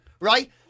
right